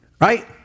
right